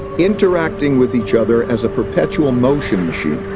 interacting with each other as a perpetual motion machine,